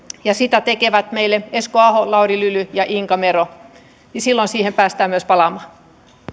ja sitä tekevät meille esko aho lauri lyly ja inka mero silloin siihen päästään myös palaamaan